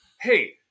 hey